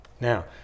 Now